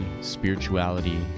spirituality